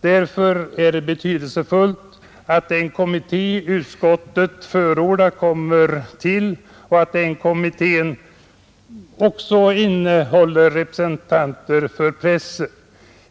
Därför är det betydelsefullt att den kommitté som utskottet förordar kommer till stånd och att i den även ingår representanter för pressen.